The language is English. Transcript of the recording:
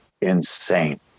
insane